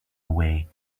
away